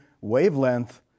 wavelength